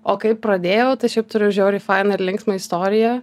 o kai pradėjau tai šiaip turiu žiauriai faina ir linksmą istoriją